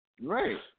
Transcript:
Right